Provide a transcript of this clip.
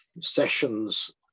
sessions